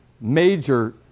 major